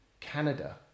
Canada